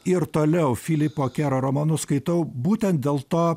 ir toliau filipo kero romanus skaitau būtent dėl to